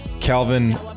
Calvin